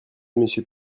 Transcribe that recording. monsieur